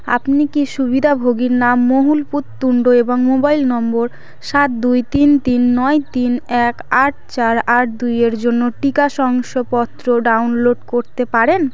আপনি কি সুবিধাভোগীর নাম মহুল পূততুণ্ড এবং মোবাইল নম্বর সাত দুই তিন তিন নয় তিন এক আট চার আট দুইয়ের জন্য টিকা শংসাপত্র ডাউনলোড করতে পারেন